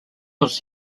was